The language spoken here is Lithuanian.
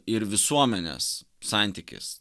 ir visuomenės santykis